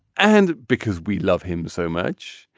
and because we love him so much,